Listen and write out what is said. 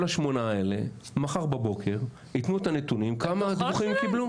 כל השמונה האלה מחר בבוקר יתנו את הנתונים כמה תלונות הם קיבלו.